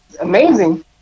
amazing